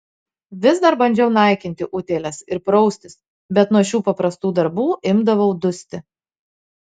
vis dar bandžiau naikinti utėles ir praustis bet nuo šių paprastų darbų imdavau dusti